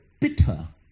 bitter